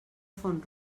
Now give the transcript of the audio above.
font